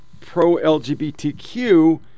pro-LGBTQ